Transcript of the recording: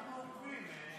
אנחנו עוקבים.